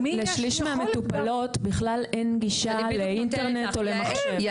למי יש יכולת --- לשליש מהמטופלות בכלל אין גישה לאינטרנט או למחשב.